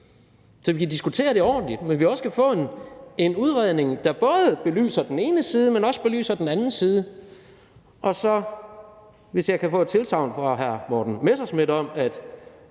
så vi kan diskutere det ordentligt, men også kan få en udredning, der både belyser den ene side, men også belyser den anden side. Hvis jeg kan få et tilsagn fra hr. Morten Messerschmidt om, at